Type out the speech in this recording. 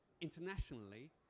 Internationally